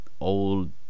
old